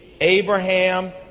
Abraham